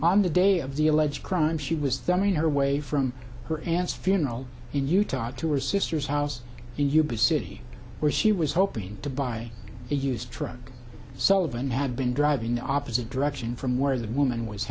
on the day of the alleged crime she was thumbing her way from her aunt's funeral in utah to her sister's house in yuba city where she was hoping to buy a used truck so of and had been driving the opposite direction from where the woman was